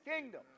kingdom